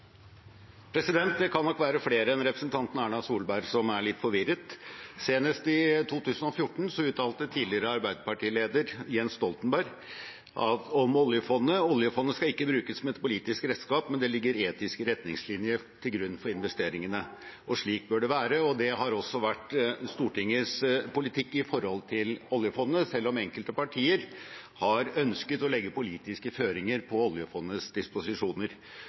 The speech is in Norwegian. litt forvirret. Senest i 2014 uttalte tidligere arbeiderpartileder Jens Stoltenberg om oljefondet: «Oljefondet skal ikke brukes som et politisk redskap, men det ligger etiske retningslinjer til grunn for investeringene – og slik bør det være.» Dette har også vært Stortingets politikk når det gjelder oljefondet, selv om enkelte partier har ønsket å legge politiske føringer på oljefondets disposisjoner.